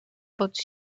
pod